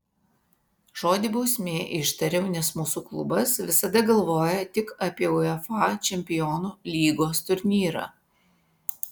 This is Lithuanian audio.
žodį bausmė ištariau nes mūsų klubas visada galvoja tik apie uefa čempionų lygos turnyrą